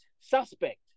suspect